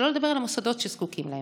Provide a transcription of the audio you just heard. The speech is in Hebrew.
שלא לדבר על המוסדות שזקוקים להם.